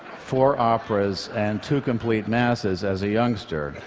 four operas and two complete masses as a youngster.